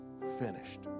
finished